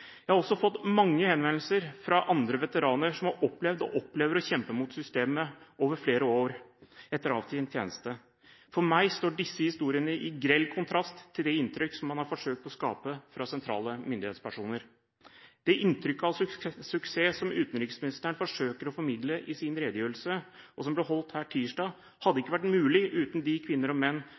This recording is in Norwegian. Jeg har også fått mange henvendelser fra andre veteraner som har opplevd, og opplever, å kjempe mot systemet over flere år etter avtjent tjeneste. For meg står disse historiene i grell kontrast til det inntrykket man har forsøkt å skape fra sentrale myndighetspersoner. Det inntrykket av suksess som utenriksministeren forsøker å formidle i sin redegjørelse, som ble holdt her på tirsdag, hadde ikke vært mulig uten de kvinner og menn